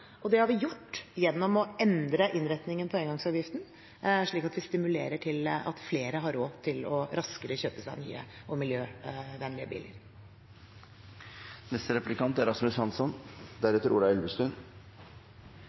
og det har vi gjort gjennom å endre innretningen på engangsavgiften slik at vi stimulerer til at flere har råd til raskere å kjøpe seg nye og miljøvennlige biler. Finansministeren sa i sitt innlegg at regjeringen er